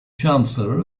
chancellor